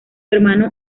hermano